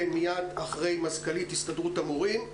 מזכ"לית ארגון המורים,